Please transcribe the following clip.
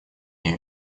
нею